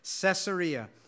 Caesarea